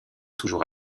toujours